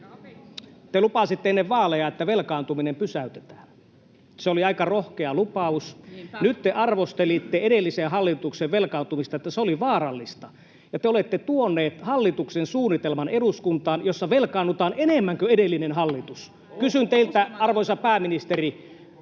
te lupasitte ennen vaaleja, että velkaantuminen pysäytetään. Se oli aika rohkea lupaus. Nyt te arvostelitte edellisen hallituksen velkaantumista, että se oli vaarallista, ja te olette tuoneet eduskuntaan hallituksen suunnitelman, jossa velkaannutaan enemmän kuin edellinen hallitus. Kysyn teiltä, arvoisa pääministeri: